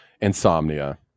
insomnia